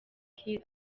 kiir